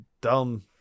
dumb